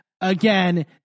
Again